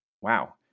wow